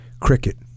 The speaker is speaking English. cricket